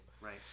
Right